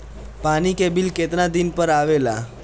पानी के बिल केतना दिन पर आबे ला?